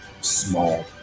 small